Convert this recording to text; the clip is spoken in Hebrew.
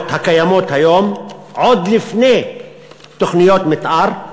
הקיימות היום עוד לפני תוכניות מתאר,